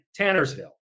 Tannersville